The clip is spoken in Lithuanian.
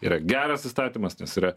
yra geras įstatymas nes yra